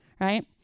right